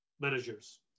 managers